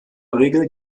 regel